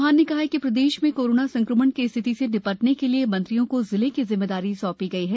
चौहान ने कहा कि प्रदेश में कोरोना संक्रमण की स्थिति से नि टने के लिए मंत्रियों को जिलों की जिम्मेदारी सौंधी गई है